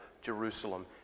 Jerusalem